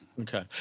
Okay